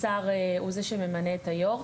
השר הוא זה שממנה את היו"ר.